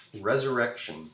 Resurrection